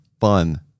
fun